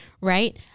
Right